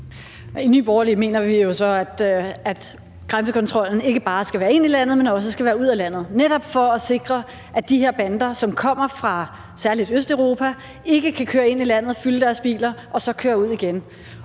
I Nye Borgerlige mener vi jo så, at grænsekontrollen ikke bare skal være der, når man kører ind i landet, men også skal være der, når man kører ud af landet – netop for at sikre, at de her bander, som især kommer fra Østeuropa, ikke kan køre ind i landet, fylde deres biler og så køre ud igen.